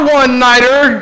one-nighter